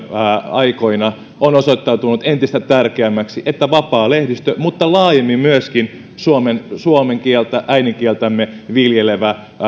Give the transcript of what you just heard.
aikoina on osoittautunut entistä tärkeämmäksi että vapaa lehdistö ja laajemmin myöskin suomen suomen kieltä äidinkieltämme viljelevä